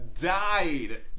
died